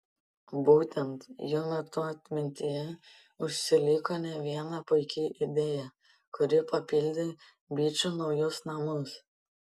būtent jų metu atmintyje užsiliko ne viena puiki idėja kuri papildė bičų naujus namus